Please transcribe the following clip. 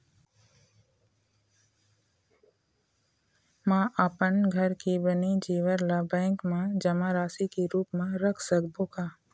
म अपन घर के बने जेवर ला बैंक म जमा राशि के रूप म रख सकबो का?